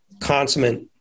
consummate